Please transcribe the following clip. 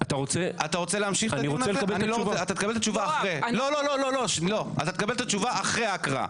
אתה תקבל את התשובה אחרי ההקראה.